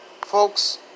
Folks